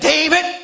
David